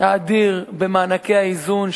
האדיר במענקי האיזון,